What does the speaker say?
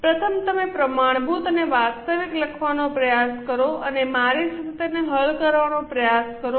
પ્રથમ તમે પ્રમાણભૂત અને વાસ્તવિક લખવાનો પ્રયાસ કરો અને મારી સાથે તેને હલ કરવાનો પ્રયાસ કરો